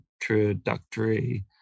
introductory